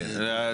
כן,